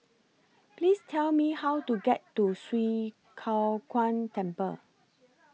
Please Tell Me How to get to Swee Kow Kuan Temple